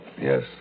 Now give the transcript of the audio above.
Yes